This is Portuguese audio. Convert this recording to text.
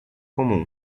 comum